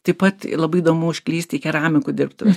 taip pat labai įdomu užklysti į keramikų dirbtuves